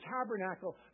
tabernacle